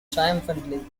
triumphantly